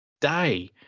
day